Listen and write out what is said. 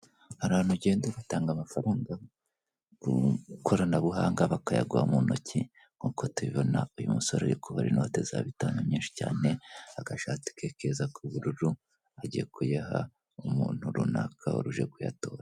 Hari ahantu ugenda utanga amafaranga ku ikoranabuhanga bakayagura mu ntoki, nkuko tubona uyu musore uri kubara inoti za bitanu nyinshi cyane, agashati ke keza cyane k'ubururu, agiye kuyaha umuntu runaka wari uje kuyatora.